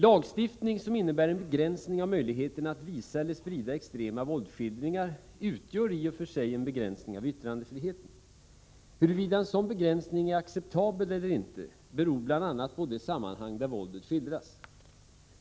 Lagstiftning som innebär en begränsning av möjligheterna att visa eller sprida extrema våldsskildringar utgör i och för sig en begränsning av yttrandefriheten. Huruvida en sådan begränsning är acceptabel eller ej beror bl.a. på det sammanhang där våldet skildras.